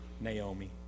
Naomi